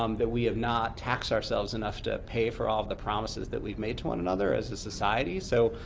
um that we have not taxed ourselves enough to pay for all of the promises that we've made to one another, as a society. so,